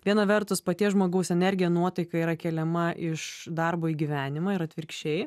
viena vertus paties žmogaus energija nuotaika yra keliama iš darbo į gyvenimą ir atvirkščiai